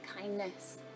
kindness